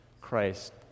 Christ